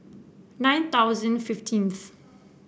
nine thousand fifteenth